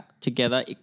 together